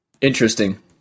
interesting